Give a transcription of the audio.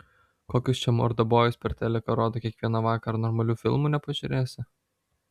kokius čia mordabojus per teliką rodo kiekvieną vakarą normalių filmų nepažiūrėsi